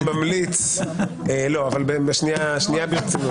לא, ורגע ברצינות.